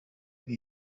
ibi